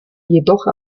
jedoch